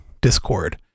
Discord